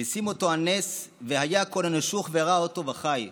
ושים אותו על נס, והיה כל הנשוך וראה אֹתו וחי".